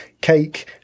cake